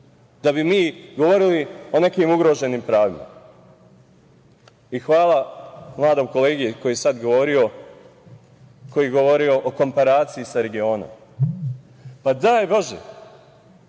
da bi mi govorili o nekim ugroženim pravima. Hvala mladom kolegi koji je sada govorio o komparaciji sa regionom. Daj Bože